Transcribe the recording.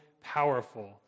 powerful